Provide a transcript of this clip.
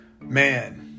man